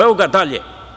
Evo ga dalje.